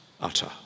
utter